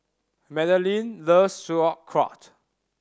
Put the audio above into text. Magdalene loves Sauerkraut